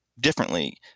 differently